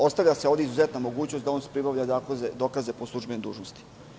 Ostavlja se ovde izuzetna mogućnost da on pribavlja dokaze po službenoj dužnosti.